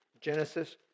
Genesis